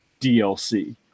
DLC